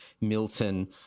Milton